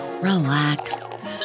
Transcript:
relax